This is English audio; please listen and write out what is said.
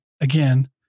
again